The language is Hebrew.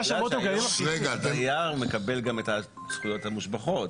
--- דייר מקבל גם את הזכויות המושבחות.